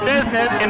Business